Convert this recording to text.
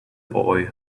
boy